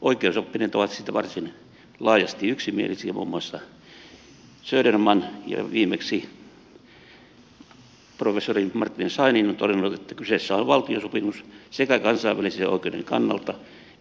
oikeusoppineet ovat siitä varsin laajasti yksimielisiä muun muassa söderman ja viimeksi professori martin scheinin ovat todenneet että kyseessä on valtiosopimus sekä kansainvälisen oikeuden kannalta